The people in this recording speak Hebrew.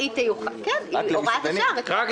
היא תיוחד רק למסעדנים.